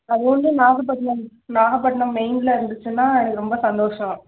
அது வந்து நாகப்பட்டினம் நாகப்பட்னம் மெயினில் இருந்துச்சுன்னா எனக்கு ரொம்ப சந்தோஷம்